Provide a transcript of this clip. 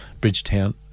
Bridgetown